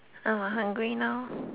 I'm hungry now